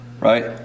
right